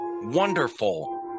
Wonderful